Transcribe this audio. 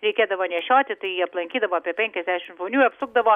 reikėdavo nešioti tai aplankydavo apie penkiasdešim žmonių i apsukdavo